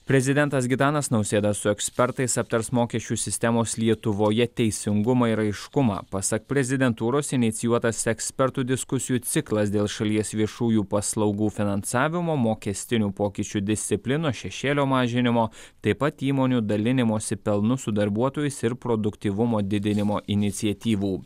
prezidentas gitanas nausėda su ekspertais aptars mokesčių sistemos lietuvoje teisingumą ir aiškumą pasak prezidentūros inicijuotas ekspertų diskusijų ciklas dėl šalies viešųjų paslaugų finansavimo mokestinių pokyčių disciplinos šešėlio mažinimo taip pat įmonių dalinimosi pelnu su darbuotojais ir produktyvumo didinimo iniciatyvų